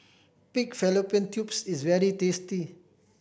pig fallopian tubes is very tasty